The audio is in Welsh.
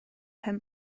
pen